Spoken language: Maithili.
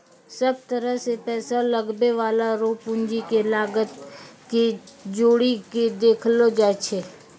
सब तरह से पैसा लगबै वाला रो पूंजी के लागत के जोड़ी के देखलो जाय छै